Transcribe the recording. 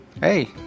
Hey